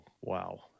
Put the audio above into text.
wow